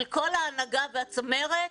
של כל ההנהגה והצמרת,